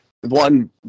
one